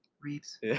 Reeves